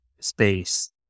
space